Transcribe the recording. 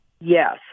Yes